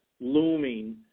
looming